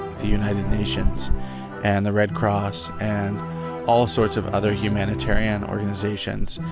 the united nations and the red cross and all sorts of other humanitarian organizations.